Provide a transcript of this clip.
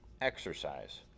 exercise